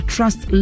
Trust